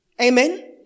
Amen